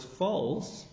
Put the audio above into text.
false